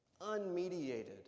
unmediated